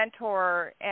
mentor